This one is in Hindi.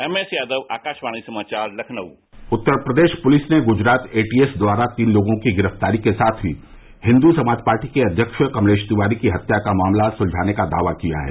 एम एस यादव आकाशवाणी समाचार लखनऊ उत्तर प्रदेश पुलिस ने गुजरात एटीएस द्वारा तीन लोगों की गिरफ्तारी के साथ ही हिन्दू समाज पार्टी के अध्यक्ष कमलेश तिवारी की हत्या का मामला सुलझाने का दावा किया है